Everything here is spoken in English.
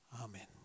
Amen